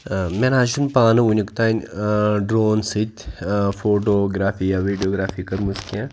ٲں مےٚ نہ حظ چھُنہٕ پانہٕ وُنیُک تانۍ ٲں ڈرٛوٗن سۭتۍ ٲں فوٗٹوٗگرٛافی یا ویٖڈیوگرٛافی کٔرمٕژ کیٚنٛہہ